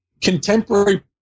contemporary